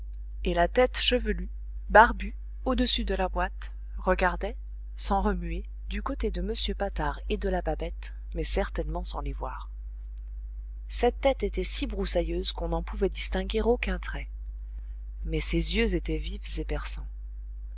et la tête chevelue barbue au-dessus de la boîte regardait sans remuer du côté de m patard et de la babette mais certainement sans les voir cette tête était si broussailleuse qu'on n'en pouvait distinguer aucun trait mais ses yeux étaient vifs et